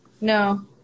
No